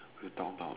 we'll talk about